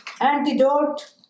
antidote